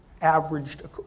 averaged